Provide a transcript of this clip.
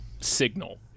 signal